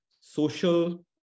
social